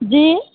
जी